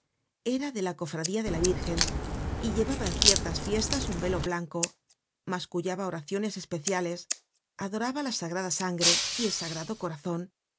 era de la cofradía de la virgen y llevaba en ciertas fiestas un velo blanco mascullaba oraciones especiales adoraba la sagrada sangre y el sagrado corazon